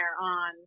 on